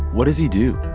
what does he do?